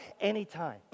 anytime